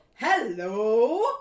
Hello